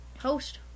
host